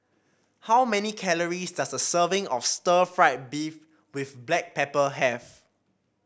how many calories does a serving of Stir Fried Beef with Black Pepper have